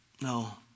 no